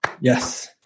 Yes